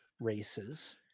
races